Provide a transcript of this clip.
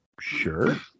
Sure